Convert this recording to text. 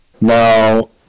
Now